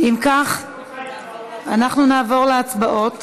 אם כך, אנחנו נעבור להצבעות